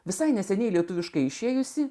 visai neseniai lietuviškai išėjusį